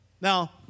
Now